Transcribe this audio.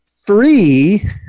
free